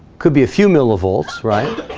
could be a few millivolts, right